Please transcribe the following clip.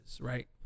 right